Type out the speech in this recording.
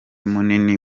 munini